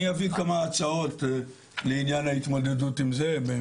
אני אביא כמה הצעות לעניין ההתמודדות עם זה בהמשך.